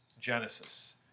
genesis